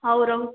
ହଉ ରହୁଛେଁ